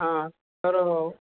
हा तर